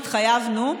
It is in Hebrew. התחייבנו,